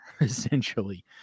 essentially